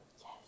yes